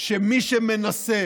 שמי שמנסה